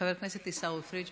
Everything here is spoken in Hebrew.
חבר הכנסת עיסאווי פריג',